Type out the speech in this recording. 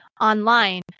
online